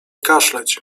kaszleć